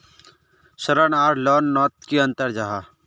ऋण आर लोन नोत की अंतर जाहा?